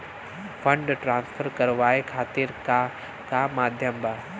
Fund transfer करवाये खातीर का का माध्यम बा?